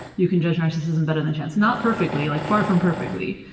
you can judge narcissism better than chance. not perfectly, like far from perfectly,